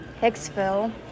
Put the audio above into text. Hicksville